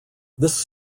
this